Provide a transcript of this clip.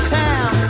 town